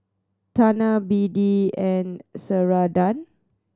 Tena B D and Ceradan